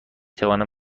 توانم